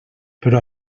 però